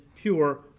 pure